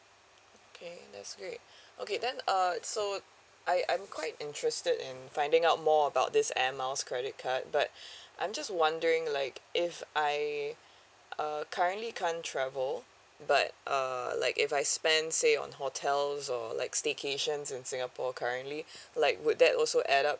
okay that's great okay then uh so I I'm quite interested in finding out more about this airmiles credit card but I'm just wondering like if I uh currently can't travel but err like if I spend say on hotels or like staycations in singapore currently like would that also add up